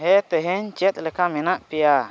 ᱦᱮᱸ ᱛᱮᱦᱮᱧ ᱪᱮᱫᱞᱮᱠᱟ ᱢᱮᱱᱟᱜ ᱯᱮᱭᱟ